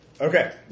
Okay